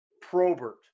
Probert